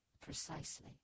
precisely